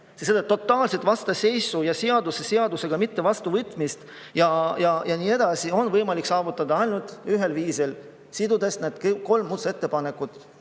Seda totaalset vastasseisu ja seaduse mittevastuvõtmist ja nii edasi on võimalik saavutada ainult ühel viisil: sidudes kõik kolm muudatusettepanekut